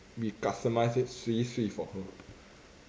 we customise it swee swee for her